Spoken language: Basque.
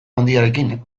handiarekin